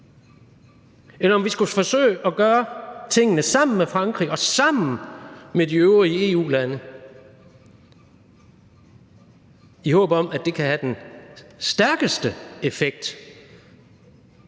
Eller om vi skulle forsøge at gøre tingene sammen med Frankrig og sammen med de øvrige EU-lande i håb om, at det kan have den stærkeste effekt